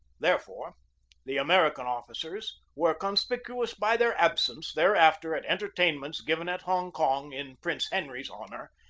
therefore the american officers were conspicuous by their absence thereafter at entertainments given at hong kong in prince henry's honor,